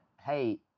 hey